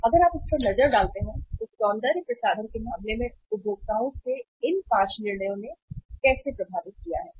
तो अगर आप इस पर नजर डालते हैं तो सौंदर्य प्रसाधन के मामले में उपभोक्ताओं के इन 5 निर्णयों ने कैसे प्रभावित किया है